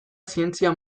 zientzia